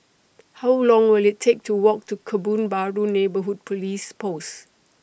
How Long Will IT Take to Walk to Kebun Baru Neighbourhood Police Post